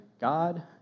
God